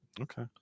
Okay